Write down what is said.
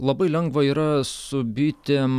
labai lengva yra su bitėm